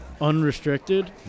unrestricted